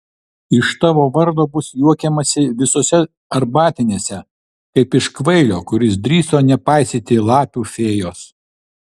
iš tavo vardo bus juokiamasi visose arbatinėse kaip iš kvailio kuris drįso nepaisyti lapių fėjos